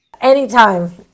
Anytime